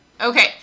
Okay